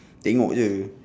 tengok jer